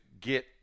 get